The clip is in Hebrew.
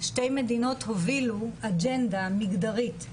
שתי מדינות הובילו אג'נדה מגדרית,